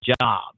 job